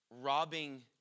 robbing